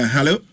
Hello